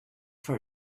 for